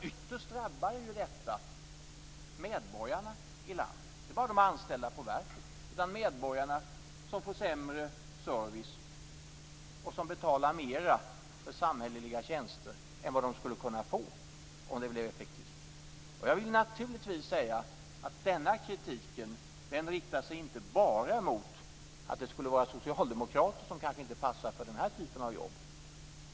Ytterst drabbar detta medborgarna i landet - inte bara de anställda i verket utan medborgarna, som får sämre service och som betalar mer för samhälleliga tjänster än vad de skulle behöva om det blev effektivt. Naturligtvis gäller denna kritik inte att det bara skulle vara socialdemokrater som kanske inte passar för den här typen av jobb.